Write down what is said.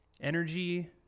Energy